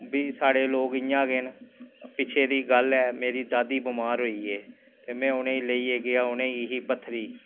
phone च ad दिंदी ठीक ऐ टीवी बिच ऐड दिंदी ऐ जियां अखबारां घर घर आंदिआं न